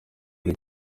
ari